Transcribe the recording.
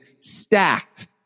stacked